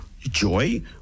joy